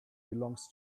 belongs